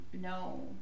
No